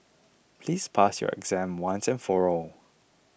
please pass your exam once and for all